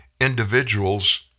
individuals